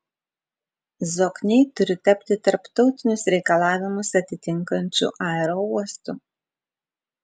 zokniai turi tapti tarptautinius reikalavimus atitinkančiu aerouostu